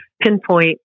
pinpoint